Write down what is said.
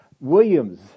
Williams